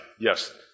yes